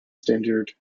standard